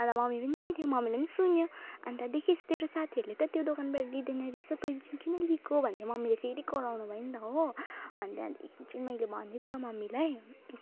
अनि त मम्मी पनि त्यहीँ थियो मम्मीले नि सुन्यो अनि त देखिस् तेरो साथीहरूले त त्यो दोकानबाट लिँदैन रहेछ तैँले चैँ किन लिएको भन्दै मम्मीले फेरि कराउनुभयो नि त हो अनि त्यहाँदेखिन् मैले भनिदिएँ नि त मम्मीलाई